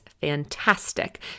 fantastic